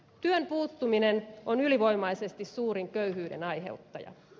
työn puuttuminen on ylivoimaisesti suurin köyhyyden aiheuttaja